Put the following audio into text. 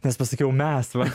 nes pasakiau mes va